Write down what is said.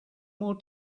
more